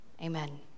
amen